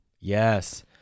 Yes